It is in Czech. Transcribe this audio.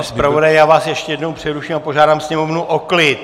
Pane zpravodaji, já vás ještě jednou přeruším a požádám sněmovnu o klid!